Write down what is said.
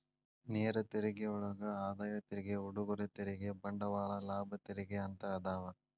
ನೇರ ತೆರಿಗೆಯೊಳಗ ಆದಾಯ ತೆರಿಗೆ ಉಡುಗೊರೆ ತೆರಿಗೆ ಬಂಡವಾಳ ಲಾಭ ತೆರಿಗೆ ಅಂತ ಅದಾವ